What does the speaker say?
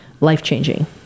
life-changing